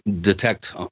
detect